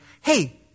Hey